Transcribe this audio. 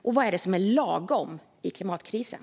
Och vad är lagom i klimatkrisen?